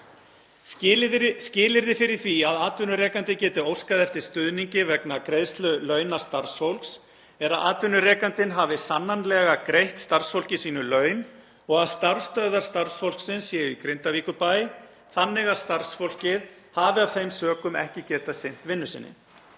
Skilyrði fyrir því að atvinnurekandi geti óskað eftir stuðningi vegna greiðslu launa starfsfólks er að atvinnurekandinn hafi sannanlega greitt starfsfólki sínu laun og að starfsstöðvar starfsfólksins séu í Grindavíkurbæ þannig að starfsfólkið hafi af þeim sökum ekki geta sinnt vinnu sinni.